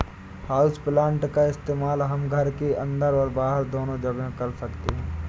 houseplant का इस्तेमाल हम घर के अंदर और बाहर दोनों जगह कर सकते हैं